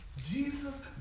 Jesus